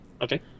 Okay